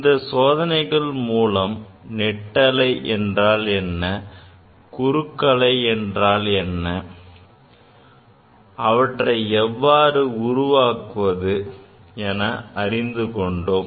இந்த சோதனைகளில் மூலம் நெட்டலை என்றால் என்ன குறுக்கலை என்றால் என்ன அவற்றை எவ்வாறு உருவாக்குவது என்று அறிந்து கொண்டோம்